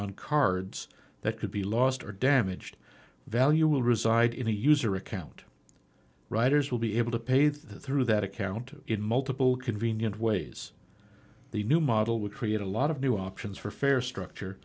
on cards that could be lost or damaged value will reside in a user account writers will be able to pay through that account in multiple convenient ways the new model would create a lot of new options for fair structure